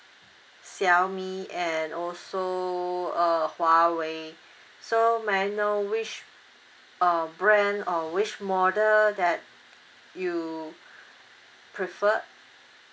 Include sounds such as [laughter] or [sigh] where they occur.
Xiaomi and also uh Huawei [breath] so may I know which uh brand or which model that you [breath] prefer